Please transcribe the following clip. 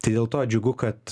tai dėl to džiugu kad